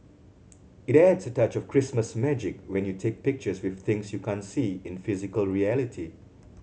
it adds a touch of Christmas magic when you take pictures with things you can't see in physical reality